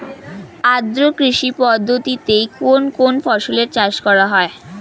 আদ্র কৃষি পদ্ধতিতে কোন কোন ফসলের চাষ করা হয়?